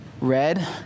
Red